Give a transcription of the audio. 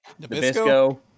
Nabisco